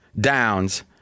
Downs